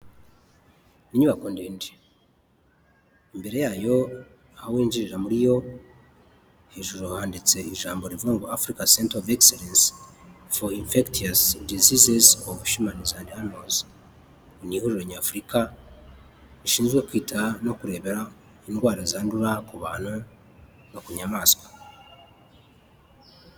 Inyubako ndende. Imbere yayo, aho wininjirira muri yo hejuru handitse irijambo rivuga ngo, Africa centre of excellence for infectious diseases of humans and animals. Ni ihuriro imihuriro nyafurika, rishinzwe kwita no kurebera, indwara zandura ku bantu no ku nyayamaswa.